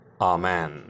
Amen